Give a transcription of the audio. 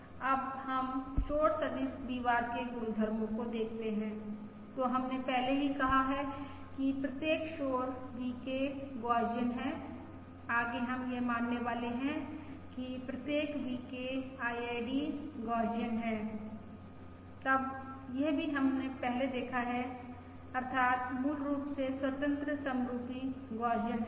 अब हम शोर सदिश V बार के गुणधर्मो को देखते हैं तो हमने पहले ही कहा है कि प्रत्येक शोर VK गौसियन है आगे हम यह मानने वाले हैं कि प्रत्येक VK IID गौसियन है तब यह भी हमने पहले देखा है अर्थात् मूल रूप से स्वतंत्र समरुपी गौसियन हैं